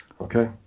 Okay